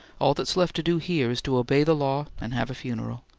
all that's left to do here is to obey the law, and have a funeral.